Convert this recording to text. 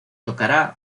tocará